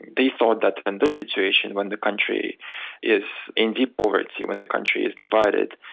they thought that in this situation when the country is in deep poverty, when the country is divided,